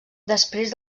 després